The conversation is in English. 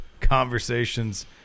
conversations